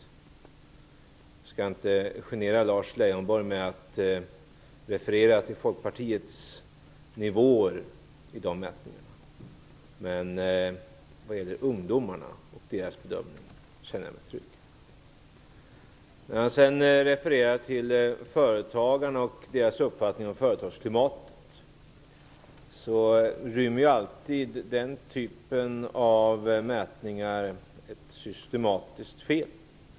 Jag skall inte genera Lars Leijonborg med att referera till Folkpartiets nivåer i dessa mätningar. Men när det gäller ungdomarna och deras bedömningar känner jag mig trygg. Sedan refererar Lars Leijonborg till företagarna och deras uppfattning om företagsklimatet. Den typen av mätningar rymmer ju alltid ett systematiskt fel.